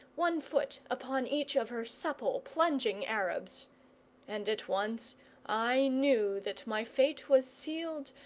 one foot upon each of her supple, plunging arabs and at once i knew that my fate was sealed,